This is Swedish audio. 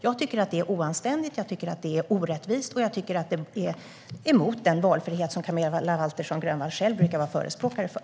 Jag tycker att det är oanständigt, orättvist och emot den valfrihet som Camilla Waltersson Grönvall själv brukar vara förespråkare för.